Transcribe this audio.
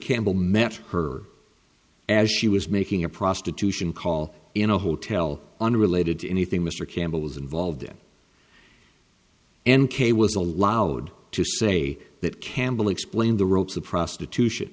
campbell met her as she was making a prostitution call in a hotel unrelated to anything mr campbell was involved in and kay was allowed to say that campbell explained the ropes of prostitution